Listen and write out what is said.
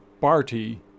party